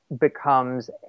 becomes